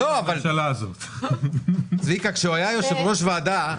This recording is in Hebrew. מבנה אחר שהולך להגיע לתוך ה-cap,